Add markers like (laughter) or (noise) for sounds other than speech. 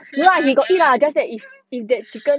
(laughs)